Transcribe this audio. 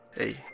Hey